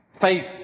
Faith